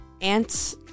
ants